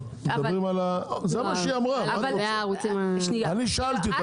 מדברים על אני שאלתי אותה,